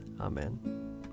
amen